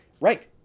Right